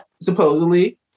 supposedly